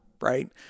Right